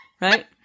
Right